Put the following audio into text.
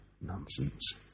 Nonsense